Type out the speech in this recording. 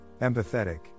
empathetic